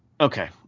Okay